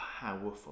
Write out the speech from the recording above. powerful